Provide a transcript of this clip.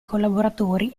collaboratori